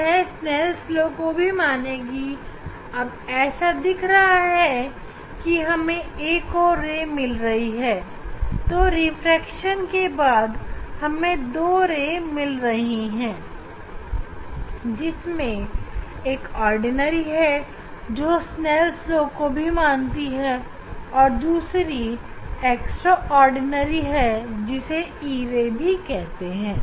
यह Snell law को भी मानेगी अब ऐसा दिख रहा है कि हमें एक और किरण मिल रही है तो रिफ्रैक्शन के बाद हमें दो किरण मिल रही है जिनमें से एक ऑर्डिनरी है जो स्नेल ला को भी मानती है और दूसरी एक्स्ट्राऑर्डिनरी है जिसे E ray भी कहते हैं